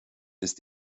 ist